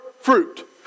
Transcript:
fruit